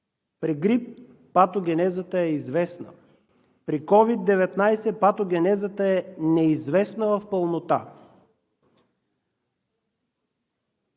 При грип патогенезата е известна. При COVID-19 патогенезата е неизвестна в пълнота.